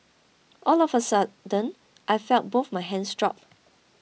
all of a sudden I felt both my hands drop